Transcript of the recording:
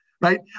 right